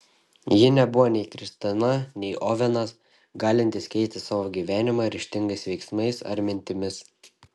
ji nebuvo nei kristina nei ovenas galintys keisti savo gyvenimą ryžtingais veiksmais ar mintimis